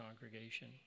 congregation